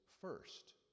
first